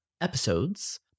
episodes